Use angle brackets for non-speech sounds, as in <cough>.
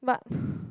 but <breath>